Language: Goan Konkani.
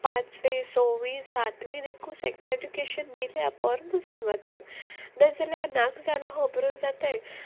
पांचवी सोव्वी सातवी एकू सॅक्स एड्युकेशन दिल्या बोरमू सांगत हांव नाजाल्या नाक जालो होबरो जाताय